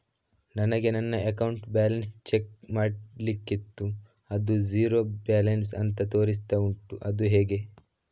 ನನಗೆ ನನ್ನ account balance check ಮಾಡ್ಲಿಕ್ಕಿತ್ತು ಅದು ಝೀರೋ ಬ್ಯಾಲೆನ್ಸ್ ಅಂತ ತೋರಿಸ್ತಾ ಉಂಟು ಅದು ಹೇಗೆ?